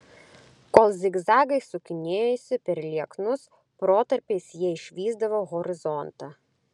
kol zigzagais sukinėjosi per lieknus protarpiais jie išvysdavo horizontą